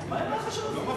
לא נכון.